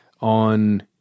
on